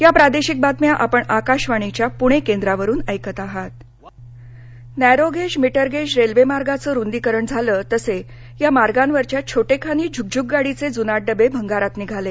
या प्रादेशिक बातम्या आपण आकाशवाणीच्या पूणे केंद्रावरुन ऐकत आहात इंट्रो नर्रिपीज मीटरगेज रेल्वे मार्गांचं रुदीकरण झालं तसे या मार्गांवरच्या छोटेखानी झुकझुकगाडीचे जुनाट डबे भंगारात निघाले